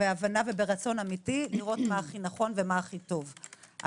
בהבנה וברצון אמיתי לראות מה הכי נכון ומה הכי טוב אבל